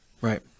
Right